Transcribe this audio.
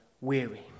weary